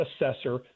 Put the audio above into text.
assessor